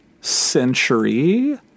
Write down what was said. Century